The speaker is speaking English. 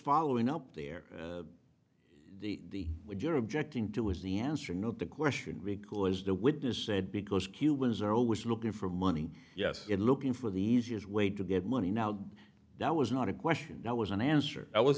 following up there the wood you're objecting to was the answer not the question because the witness said because cubans are always looking for money yes in looking for the easiest way to get money now that was not a question that was an answer that was